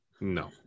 no